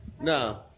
No